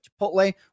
Chipotle